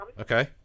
Okay